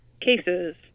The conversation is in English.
cases